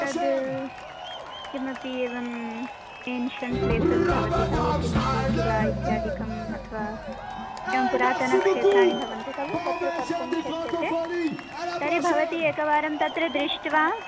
तद् किमपि एवम् एन्शियण्ट् प्लेसस् भवति खलु किमपि किला इत्यादिकम् अथवा एवं पुरातनक्षेत्राणि भवन्ति खलु तत्र कर्तुं शक्यते तर्हि भवती एकवारं तत्र दृष्ट्वा